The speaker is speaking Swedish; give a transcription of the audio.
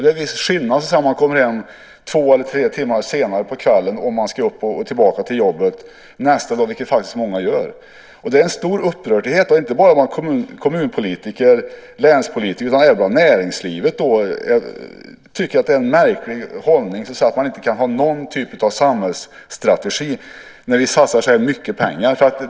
Det är en viss skillnad att komma hem två eller tre timmar senare på kvällen om man ska tillbaka nästa dag, vilket många gör. Det är en stor upprördhet, inte bara bland kommunpolitiker och länspolitiker utan även inom näringslivet. Man tycker att det är en märklig hållning att inte kunna ha någon typ av samhällsstrategi när vi satsar så här mycket pengar.